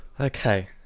Okay